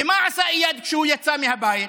ומה עשה איאד כשהוא יצא מהבית?